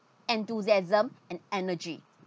enthusiasm and energy